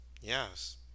yes